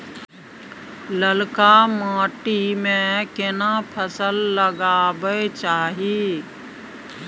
ललका माटी में केना फसल लगाबै चाही?